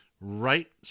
Right